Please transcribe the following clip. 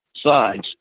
sides